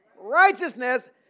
Righteousness